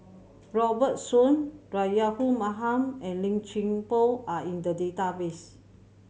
Robert Soon Rahayu Mahzam and Lim Chuan Poh are in the database